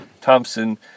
Thompson